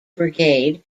brigade